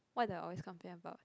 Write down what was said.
what do I always complain about